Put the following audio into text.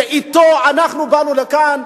שאתו אנחנו באנו לכאן,